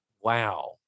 Wow